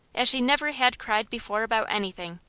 as she never had cried before about anything.